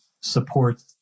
support